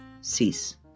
cease